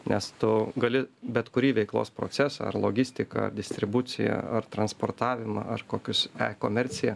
nes tu gali bet kurį veiklos procesą ar logistiką ar distribuciją ar transportavimą ar kokius e komerciją